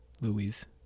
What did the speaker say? Louise